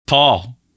Paul